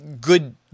good